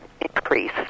increase